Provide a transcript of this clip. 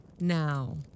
now